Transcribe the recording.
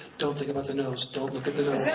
don't think about the nose, don't look at the nose,